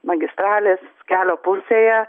magistralės kelio pusėje